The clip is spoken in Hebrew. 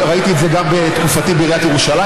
ראיתי את זה גם בתקופתי בעיריית ירושלים.